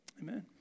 amen